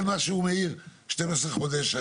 החיזוק עצמו בסכום של 30 אלף שקלים.